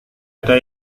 ada